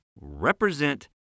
represent